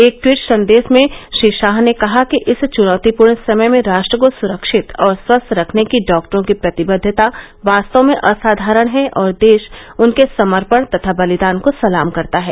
एक टवीट संदेश में श्री शाह ने कहा कि इस चनौतीपूर्ण समय में राष्ट्र को सुरक्षित और स्वस्थ रखने की डॉक्टरों की प्रतिबद्वता वास्तव में असाधारण है और देश उनके समर्पण तथा बलिदान को सलाम करता है